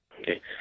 Okay